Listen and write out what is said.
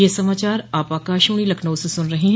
ब्रे क यह समाचार आप आकाशवाणी लखनऊ से सुन रहे हैं